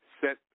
set